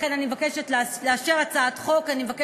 לכן אני מבקשת לאשר את הצעת החוק הזו.